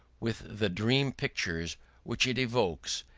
with the dream pictures which it evokes,